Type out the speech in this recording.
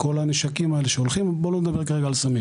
כל הנשקים האלה לא נדבר כרגע על סמים